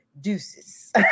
deuces